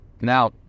Now